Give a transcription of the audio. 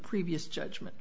previous judgment